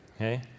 okay